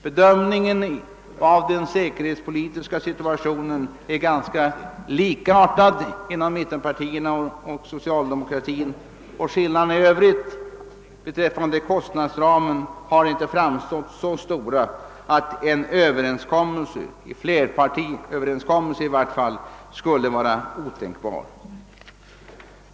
Bedömningen av den säkerhetspolitiska situationen är ganska likartad inom mittenpartierna och socialdemokratin, och skillnaden i övrigt beträffande kostnadsramen har inte framstått som så stor att en flerpartiöverenskommelse i varje fall skulle vara otänkbar.